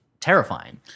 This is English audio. terrifying